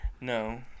No